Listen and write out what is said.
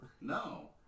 No